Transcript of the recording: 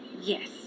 Yes